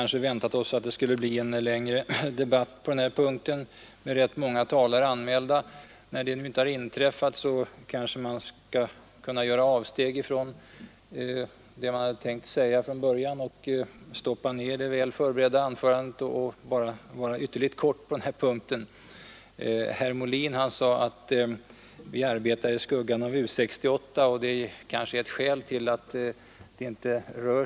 studievägledningen, doktorandstipendierna och den fasta basorganisationen för forskningen.